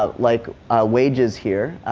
ah like ah wages, here,